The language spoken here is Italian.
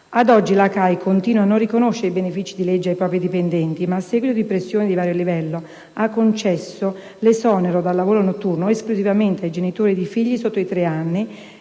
Ad oggi, la CAI continua a non riconoscere i benefici di legge ai propri dipendenti, ma, a seguito di pressioni di vario livello, ha concesso l'esonero dal lavoro notturno esclusivamente ai genitori di figli sotto i tre anni